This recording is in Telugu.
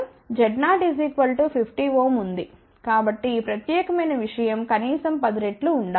కాబట్టి ఈ ప్రత్యేకమైన విషయం కనీసం 10 రెట్లు ఉండాలి